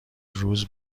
روز